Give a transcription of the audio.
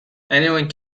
anyone